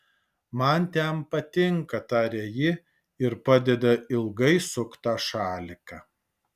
man ten patinka taria ji ir padeda ilgai suktą šaliką